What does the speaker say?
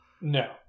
No